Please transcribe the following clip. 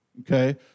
Okay